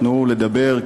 תנו לדבר,